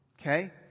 Okay